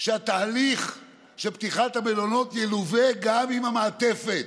שהתהליך של פתיחת המלונות ילווה גם עם המעטפת,